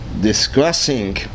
Discussing